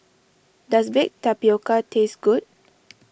does Baked Tapioca taste good